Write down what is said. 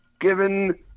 given